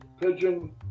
pigeon